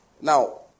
Now